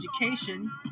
education